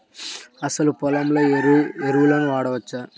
అసలు పొలంలో ఎరువులను వాడవచ్చా?